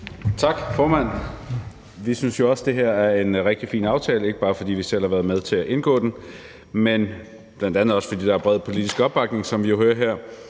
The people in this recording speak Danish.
Tak, formand. Vi synes jo også, det her er en rigtig fin aftale, ikke bare fordi vi selv har været med til at indgå den, men bl.a. også fordi der er bred politisk opbakning, som vi jo hører her.